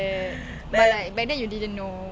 like light snacks